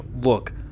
look